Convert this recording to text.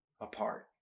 apart